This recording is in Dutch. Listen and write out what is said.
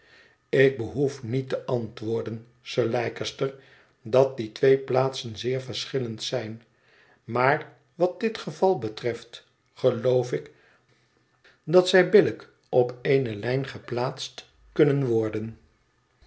ik behoef niet te antwoorden sir leicester dat die twee plaatsen zeer verschillend zijn maar wat dit geval betreft geloof ik dat zij billijk op ééne lijn geplaatst kunnen worden